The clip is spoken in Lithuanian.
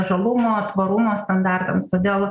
žalumo tvarumo standartams todėl